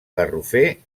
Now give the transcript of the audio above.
garrofer